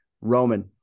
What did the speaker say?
Roman